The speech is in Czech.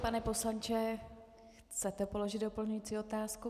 Pane poslanče, chcete položit doplňující otázku?